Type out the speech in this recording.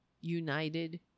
United